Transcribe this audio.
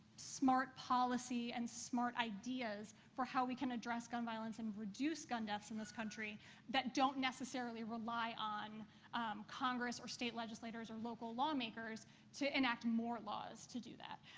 smart policy and smart ideas for how we can address gun violence and reduce gun deaths in this country that don't necessarily rely on congress or state legislators or local lawmakers to enact more laws to do that.